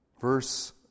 Verse